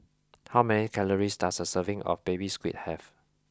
how many calories does a serving of baby squid have